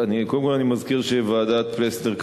קודם כול, אני מזכיר שוועדת-פלסנר כרגע,